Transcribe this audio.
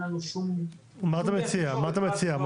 מה אתה מציע?